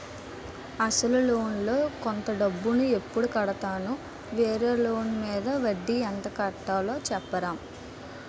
అసలు లోన్ లో కొంత డబ్బు ను ఎప్పుడు కడతాను? వేరే లోన్ మీద వడ్డీ ఎంత కట్తలో చెప్తారా?